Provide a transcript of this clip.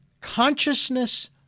consciousness